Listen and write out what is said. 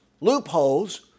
loopholes